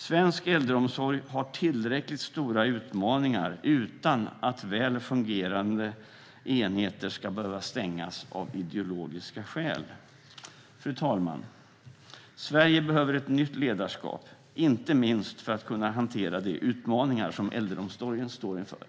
Svensk äldreomsorg har tillräckligt stora utmaningar utan att väl fungerande enheter ska behöva stängas av ideologiska skäl. Fru talman! Sverige behöver ett nytt ledarskap, inte minst för att kunna hantera de utmaningar som äldreomsorgen står inför.